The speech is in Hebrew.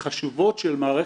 לעשות.